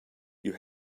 you